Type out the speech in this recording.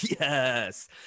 yes